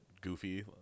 goofy